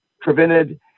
prevented